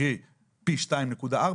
קרי פי 2.4,